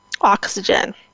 oxygen